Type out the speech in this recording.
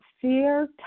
fear